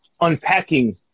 unpacking